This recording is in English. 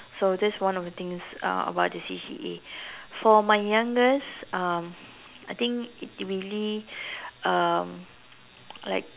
so that is one of the things uh about the C_C_A for my youngest um I think it really um like